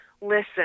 listen